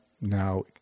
now